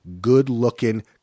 good-looking